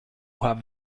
have